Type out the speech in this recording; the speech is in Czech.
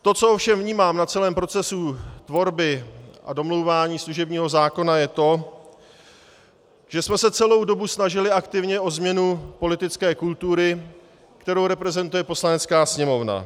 To, co ovšem vnímám na celém procesu tvorby a domlouvání služebního zákona, je to, že jsme se celou dobu snažili aktivně o změnu politické kultury, kterou reprezentuje Poslanecká sněmovna.